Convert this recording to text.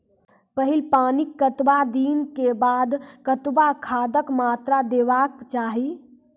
पहिल पानिक कतबा दिनऽक बाद कतबा खादक मात्रा देबाक चाही?